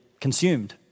consumed